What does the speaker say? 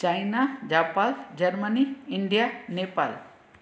China Japan Germany India Nepal